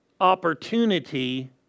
opportunity